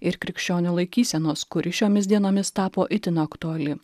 ir krikščionio laikysenos kuri šiomis dienomis tapo itin aktuali